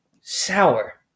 sour